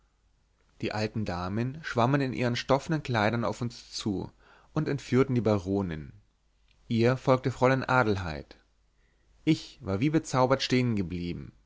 die alten tanten schwammen in ihren stoffnen kleidern auf uns zu und entführten die baronin ihr folgte fräulein adelheid ich war wie bezaubert